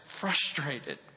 frustrated